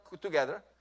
together